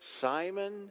Simon